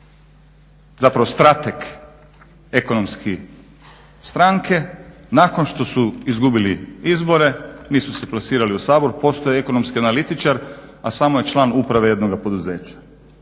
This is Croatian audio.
zapravo strateg ekonomski stranke nakon što su izgubili izbore nisu se plasirali u Sabor. Postoji ekonomski analitičar, a samo je član uprave jednoga poduzeća.